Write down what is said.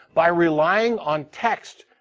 by relying on text.